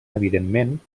evidentment